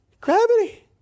gravity